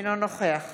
אינו נוכח